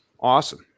Awesome